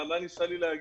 מה נשאר לי להגיד?